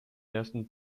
ersten